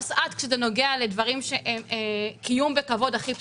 שאת כשזה נוגע לדברים שהם קיום בכבוד הכי בסיסי.